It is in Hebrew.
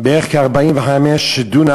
בערך 45 דונם,